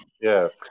yes